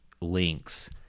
links